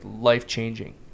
life-changing